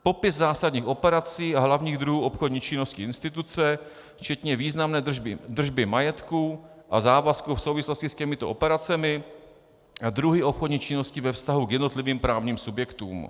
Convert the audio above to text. Popis zásadních operací a hlavních druhů obchodní činnosti instituce, včetně významné držby majetku a závazků v souvislosti s těmito operacemi a druhy obchodních činností ve vztahu k jednotlivým právním subjektům.